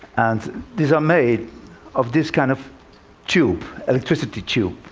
and these are made of this kind of tube electricity tube,